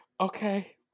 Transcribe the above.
Okay